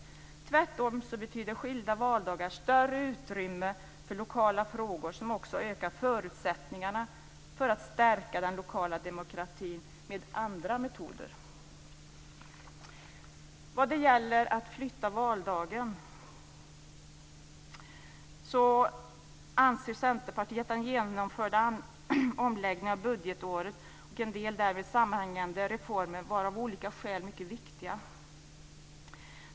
Tvärtom betyder skilda valdagar större utrymme för lokala frågor, som också ökar förutsättningarna för att stärka den lokala demokratin med andra metoder. Vad gäller att flytta valdagen anser Centerpartiet att den genomförda omläggningen av budgetåret och en del därmed sammanhängande reformer av olika skäl var viktiga.